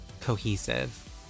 cohesive